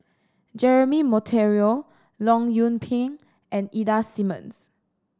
Jeremy Monteiro Leong Yoon Pin and Ida Simmons